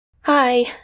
Hi